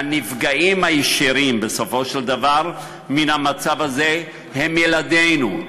והנפגעים הישירים בסופו של דבר מן המצב הזה הם ילדינו.